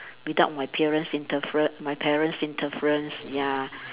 without my parents interfre~ my parents interference yeah